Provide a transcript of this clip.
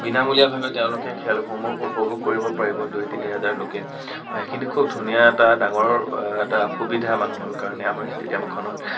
বিনামূলীয়াভাৱে তেওঁলোকে খেলসমূহ উপভোগ কৰিব পাৰিব দুই তিনি হাজাৰ লোকে সেইখিনি খুব ধুনীয়া এটা ডাঙৰ এটা সুবিধা মানুহৰ কাৰণে আমাৰ ইষ্টেডিয়ামখনত